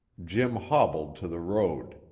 jim hobbled to the road.